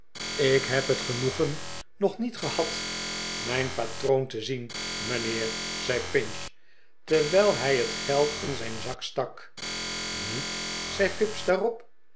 ik neb het genoegen nog niet gehad mijn patroon te zien mijnheer zei pinch terwijl hij het geld in zijn zakstak niet zei fips daarop